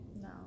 No